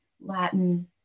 Latin